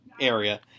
area